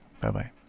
Bye-bye